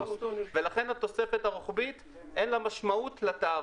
לכן התוספת הרוחבית, אין לה משמעות לתאריך.